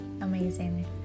Amazing